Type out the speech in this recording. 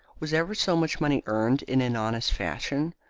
was ever so much money earned in an honest fashion?